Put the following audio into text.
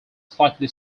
slightly